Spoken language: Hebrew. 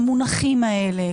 המונחים האלה,